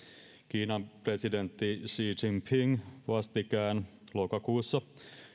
kiinan presidentti xi jinping vastikään lokakuussa